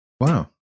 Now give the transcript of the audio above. Wow